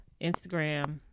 Instagram